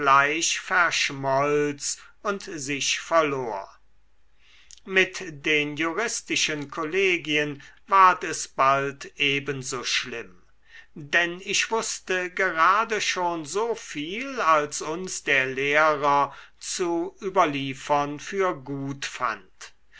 verschmolz und sich verlor mit den juristischen kollegien ward es bald ebenso schlimm denn ich wußte gerade schon so viel als uns der lehrer zu überliefern für gut fand